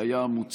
זה היה "המוצע",